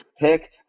pick